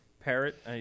parrot